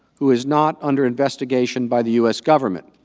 who is not under investigation by the u s. government?